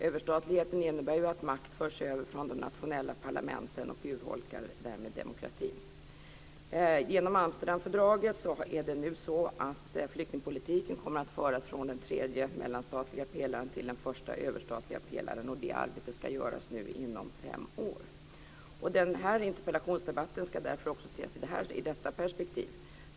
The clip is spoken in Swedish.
Överstatligheten innebär ju att makt förs över från de nationella parlamenten, och den urholkar därmed demokratin. Genom Amsterdamfördraget är det nu så att flyktingpolitiken kommer att föras från den tredje mellanstatliga pelaren till den första överstatliga pelaren. Det arbetet ska göras nu, inom fem år. Den här interpellationsdebatten ska därför också ses i detta perspektiv.